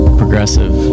progressive